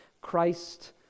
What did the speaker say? Christ